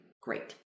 Great